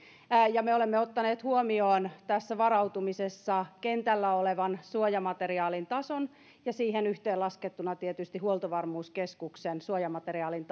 ja me olemme ottaneet huomioon tässä varautumisessa kentällä olevan suojamateriaalin tason ja siihen yhteenlaskettuna tietysti huoltovarmuuskeskuksen suojamateriaalin